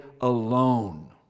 alone